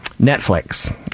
Netflix